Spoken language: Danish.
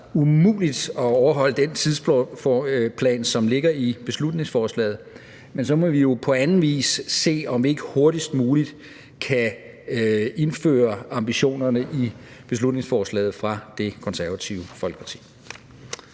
umuligt at overholde den tidsplan, som ligger i beslutningsforslaget. Men så må vi jo på anden vis se, om ikke vi hurtigst muligt kan indføre ambitionerne i beslutningsforslaget fra Det Konservative Folkeparti.